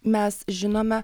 mes žinome